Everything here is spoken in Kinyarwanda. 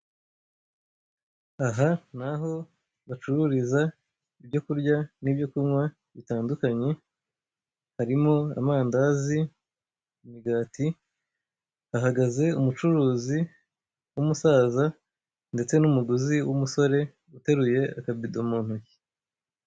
Aha ni aho bacururiza ibyo kurya n'ibyo kunywa bitandukanye harimo amandazi, imigati, hahagaze umucuruzi w'umusaza ndetse n'umuguzi w'umusore uteruye akabido mu ntoki.